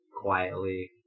quietly